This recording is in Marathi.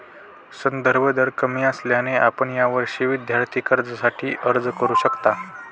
संदर्भ दर कमी असल्याने आपण यावर्षी विद्यार्थी कर्जासाठी अर्ज करू शकता